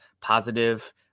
positive